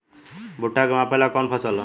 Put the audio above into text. भूट्टा के मापे ला कवन फसल ह?